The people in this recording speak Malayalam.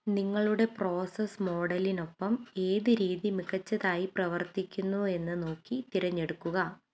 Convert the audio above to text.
നിങ്ങളുടെ പ്രോസസ്സ് മോഡലിനൊപ്പം ഏത് രീതി മികച്ചതായി പ്രവർത്തിക്കുന്നുവെന്ന് നോക്കി തിരഞ്ഞെടുക്കുക